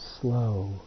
Slow